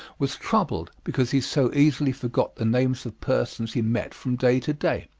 was troubled because he so easily forgot the names of persons he met from day to day.